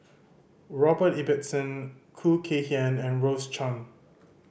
Robert Ibbetson Khoo Kay Hian and Rose Chan